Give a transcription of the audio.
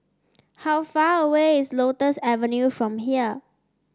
how far away is Lotus Avenue from here